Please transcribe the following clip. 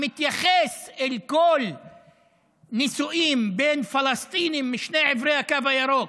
שמתייחס אל כל נישואים בין פלסטינים משני עברי הקו הירוק,